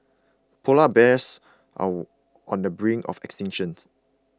Polar Bears are on the brink of extinctions